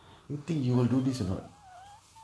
you think you will do this in all